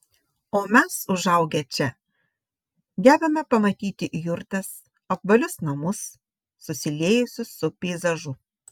o mes užaugę čia gebame pamatyti jurtas apvalius namus susiliejusius su peizažu